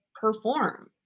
perform